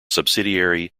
subsidiary